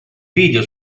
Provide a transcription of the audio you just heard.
video